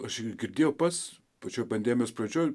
aš girdėjau pats pačioj pandemijos pradžioj